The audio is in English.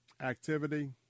activity